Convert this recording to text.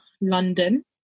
London